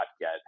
get